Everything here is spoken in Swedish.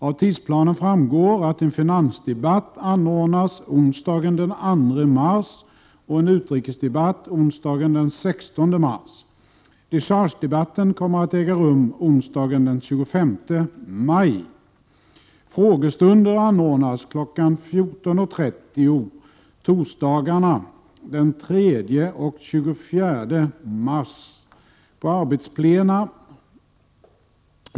Av tidsplanen framgår att en finansdebatt anordnas onsdagen den 2 mars och en utrikesdebatt onsdagen den 16 mars. Dechargedebatten kommer att äga rum onsdagen den 25 maj. Frågestunder anordnas kl. 14.30 torsdagarna den 3 och 24 mars.